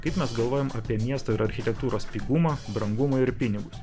kaip mes galvojam apie miesto ir architektūros pigumą brangumą ir pinigus